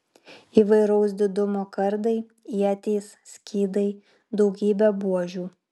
įvairaus didumo kardai ietys skydai daugybė buožių